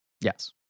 Yes